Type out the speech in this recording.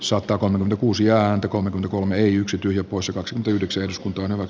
sota on kuusi ääntä kolme kolme i yksi tyhjä poissa kaksi yhdeksi uskontoon ovat